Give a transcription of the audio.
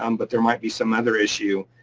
um but there might be some other issue.